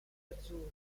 azzurri